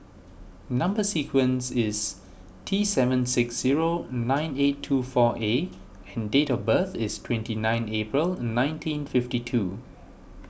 Number Sequence is T seven six zero nine eight two four A and date of birth is twenty nine April nineteen fifty two